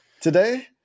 today